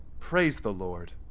praise the lord.